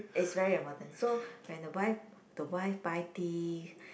is very important so when the wife the wife buy thing